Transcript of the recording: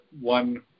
one